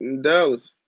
Dallas